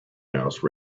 house